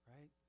right